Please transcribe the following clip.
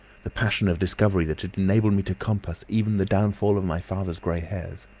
the passion of discovery that had enabled me to compass even the downfall of my father's grey hairs.